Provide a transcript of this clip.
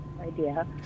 idea